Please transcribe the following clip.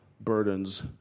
burdens